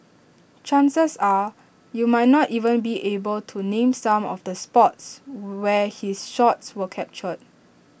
chances are you might not even be able to name some of the spots where his shots were captured